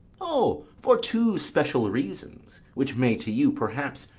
o, for two special reasons which may to you, perhaps,